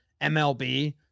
MLB